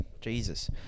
Jesus